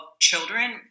children